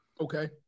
Okay